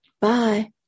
Bye